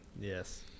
yes